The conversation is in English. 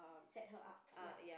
set her up ya